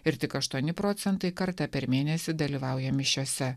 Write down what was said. ir tik aštuoni procentai kartą per mėnesį dalyvauja mišiose